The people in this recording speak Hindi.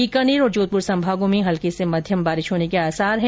बीकानेर तथा जोधपुर संभागों में हल्की से मध्यम बारिश होने के आसार है